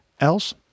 else